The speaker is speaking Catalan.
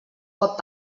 cop